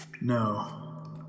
No